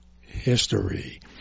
history